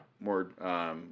more